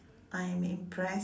I'm impressed